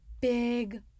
big